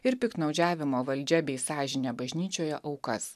ir piktnaudžiavimo valdžia bei sąžine bažnyčioje aukas